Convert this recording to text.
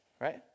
Right